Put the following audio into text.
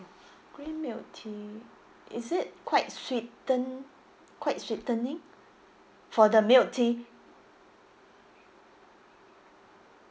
green milk tea is it quite sweeten~ quite sweetening for the milk tea